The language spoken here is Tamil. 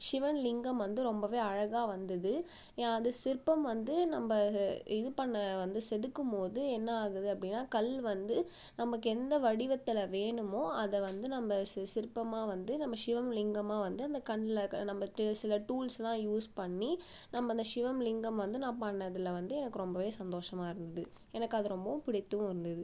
ஷிவலிங்கம் வந்து ரொம்பவே அழகாக வந்தது யான் அந்த சிற்பம் வந்து நம்ம இது பண்ண வந்து செதுக்கும் போது என்ன ஆகுது அப்படின்னா கல் வந்து நமக்கு எந்த வடிவத்தில் வேணுமோ அதை வந்து நம்ம சிற் சிற்பமாக வந்து நம்ம ஷிவம்லிங்கமாக வந்து அந்த கண்ணில் இருக்க நம்ம கிட்ட சில டூல்ஸ்லாம் யூஸ் பண்ணி நம்ம அந்த ஷிவம்லிங்கம் வந்து நான் பண்ணதில் வந்து எனக்கு ரொம்பவே சந்தோஷமாக இருந்தது எனக்கு அது ரொம்பவும் பிடித்தும் இருந்தது